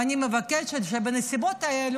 ואני מבקשת בנסיבות האלה,